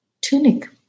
tunic